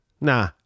Nah